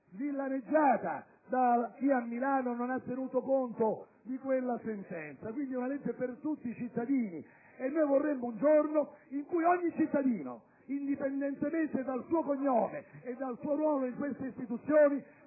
svillaneggiata da chi a Milano non ha tenuto conto di quella sentenza. Quindi, una legge per tutti cittadini. Noi vorremmo arrivare al giorno in cui ogni cittadino, indipendentemente dal suo cognome e dal suo ruolo in queste istituzioni,